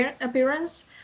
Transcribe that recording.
appearance